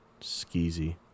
skeezy